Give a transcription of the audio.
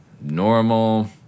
normal